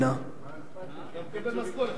משכורת, תודה.